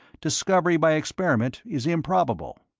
discovery by experiment is improbable.